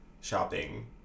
shopping